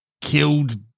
killed